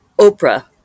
Oprah